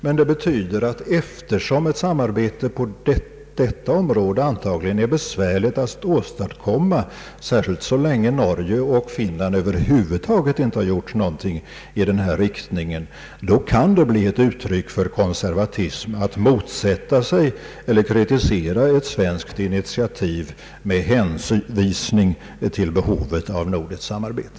Men det betyder att eftersom ett samarbete på detta område antagligen är besvärligt att åstadkomma, särskilt så länge Norge och Finland över huvud taget inte gjort något i denna riktning, kan det bli ett uttryck för konservatism att motsätta sig eller kritisera ett svenskt initiativ med hänvisning till behovet av nordiskt samarbete.